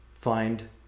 find